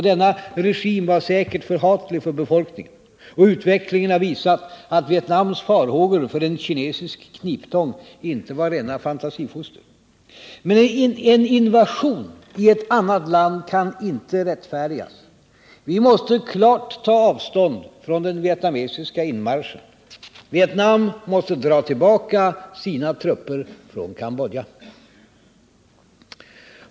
Denna regim var säkert förhatlig för befolkningen, och utvecklingen har visat att Vietnams farhågor för en kinesisk kniptång inte var rena fantasifoster. Men en invasion i ett annat land kan inte rättfärdigas. Vi måste klart ta avstånd från den vietnamesiska inmarschen. Vietnam måste dra tillbaka sina trupper från Cambodja.